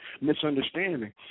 misunderstanding